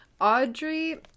Audrey